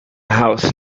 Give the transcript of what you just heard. house